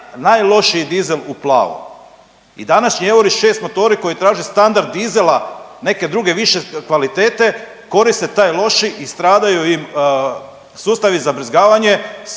najlošiji dizel u plavo. I današnji euri šest motori koji traže standard dizela neke druge više kvalitete koriste taj loši i stradaju im sustavi za brizgavanje,